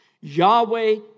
Yahweh